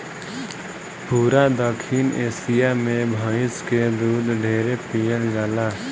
पूरा दखिन एशिया मे भइस के दूध ढेरे पियल जाला